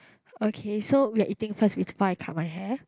okay so we're eating first before I cut my hair